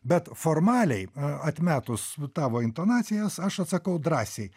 bet formaliai atmetus tavo intonacijas aš atsakau drąsiai